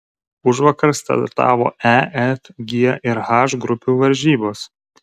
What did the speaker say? užvakar startavo e f g ir h grupių varžybos